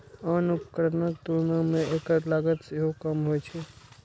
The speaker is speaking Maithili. आन उपकरणक तुलना मे एकर लागत सेहो कम होइ छै